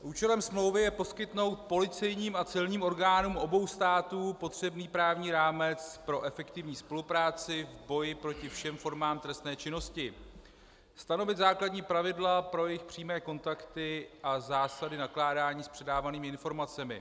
Účelem smlouvy je poskytnout policejním a celním orgánům obou států potřebný právní rámec pro efektivní spolupráci v boji proti všem formám trestné činnosti, stanovit základní pravidla pro jejich přímé kontakty a zásady nakládání s předávanými informacemi.